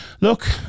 look